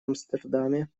амстердаме